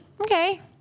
Okay